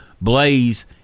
blaze